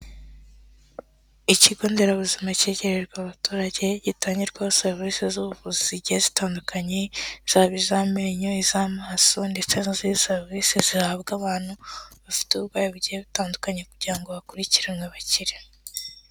Icyigo nderabuzima cyegerejwe abaturage gitangirwaho serivisi z'ubuzima zigiye zitandukanye, zaba iz'amenyo, iz'amaso ndetse n'izindi serivisi zihabwa abantu bafite uburwayi bugiye butandukanye, kugira ngo bakurikiranwe bakire.